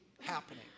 happening